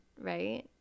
right